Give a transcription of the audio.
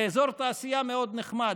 באזור תעשייה מאוד נחמד,